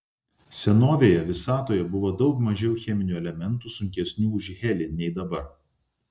senovėje visatoje buvo daug mažiau cheminių elementų sunkesnių už helį nei dabar